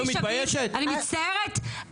מצטערת,